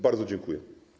Bardzo dziękuję.